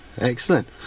Excellent